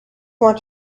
want